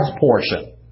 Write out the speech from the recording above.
portion